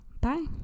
bye